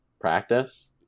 practice